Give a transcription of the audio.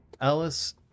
Alice